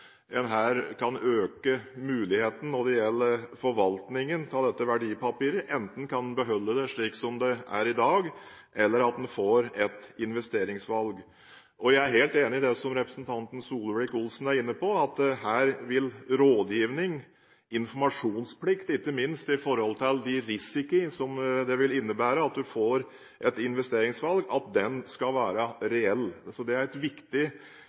en her kan øke mulighetene for forvaltningen av dette verdipapiret. Enten kan en beholde det slik det er i dag, eller en kan få et investeringsvalg. Jeg er helt enig i det som representanten Solvik-Olsen er inne på: Her skal rådgivningen, informasjonsplikten – ikke minst i forhold til den risikoen det vil innebære å få et investeringsvalg – være reell. Det er viktig at dette skjer. Dette er et